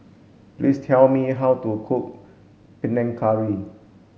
please tell me how to cook Panang Curry